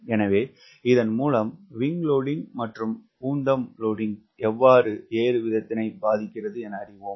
எனவே இதன் மூலம் விங்க் லோடிங்க் WS மற்றும் உந்தம் லோடிங்க் TW எவ்வாறு ஏறு வீதத்தினை பாதிக்கிறது என அறிவோம்